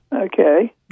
Okay